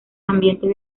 ambientes